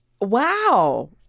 Wow